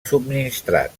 subministrat